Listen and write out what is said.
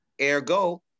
Ergo